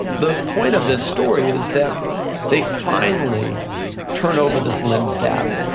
the point of this story is that they finally turn over this lims data,